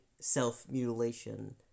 self-mutilation